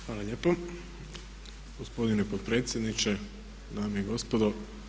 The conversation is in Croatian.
Hvala lijepo gospodine potpredsjedniče, dame i gospodo.